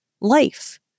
life